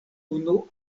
unu